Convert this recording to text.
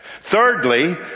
Thirdly